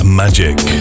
magic